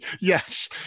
Yes